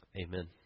Amen